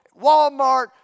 Walmart